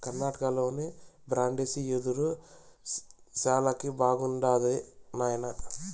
కర్ణాటకలోని బ్రాండిసి యెదురు శాలకి బాగుండాది నాయనా